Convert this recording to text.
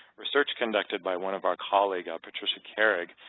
research conducted by one of our colleague, ah patricia kerig,